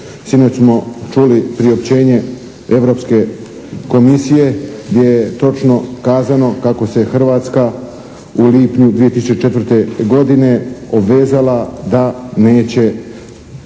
Sinoć smo čuli priopćenje Europske komisije gdje je točno kazano kako se Hrvatska u lipnju 2004. godine obvezala da neće